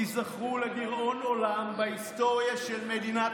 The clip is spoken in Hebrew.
תיזכרו לדיראון עולם בהיסטוריה של מדינת